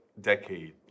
decade